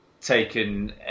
taken